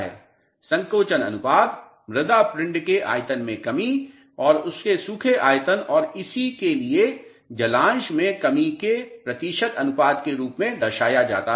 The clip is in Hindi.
संकोचन अनुपात मृदा पिंड के आयतन में कमी और उसके सूखे आयतन और इसी के लिए जलांश में कमी के प्रतिशत अनुपात के रूप में दर्शाया जाता है